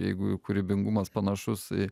jeigu jų kūrybingumas panašus tai